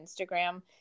Instagram